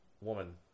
woman